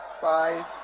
Five